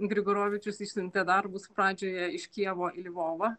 grigorovičius išsiuntė darbus pradžioje iš kijevo į lvovą